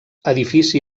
edifici